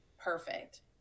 Perfect